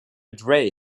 dre